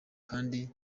kandi